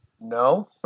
no